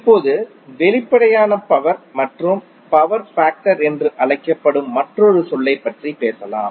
இப்போது வெளிப்படையான பவர் மற்றும் பவர் ஃபேக்டர் என்று அழைக்கப்படும் மற்றொரு சொல்லைப் பற்றி பேசலாம்